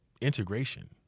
integration